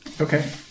Okay